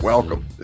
Welcome